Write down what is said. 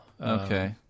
Okay